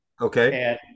okay